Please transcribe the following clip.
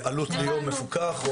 אם זה יהיה עלות ליום מפוקח או --- הבנו,